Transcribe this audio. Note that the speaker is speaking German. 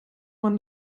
man